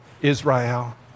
Israel